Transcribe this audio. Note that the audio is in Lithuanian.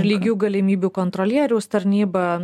lygių galimybių kontrolieriaus tarnyba